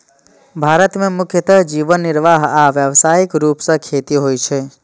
भारत मे मुख्यतः जीवन निर्वाह आ व्यावसायिक रूप सं खेती होइ छै